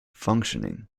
functioning